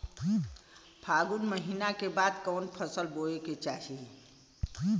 फागुन महीना के बाद कवन फसल बोए के चाही?